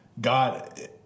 God